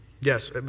Yes